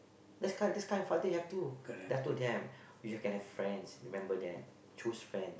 that's kind that's kind father you have to then I told them you can have friends remember that choose friends